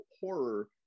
horror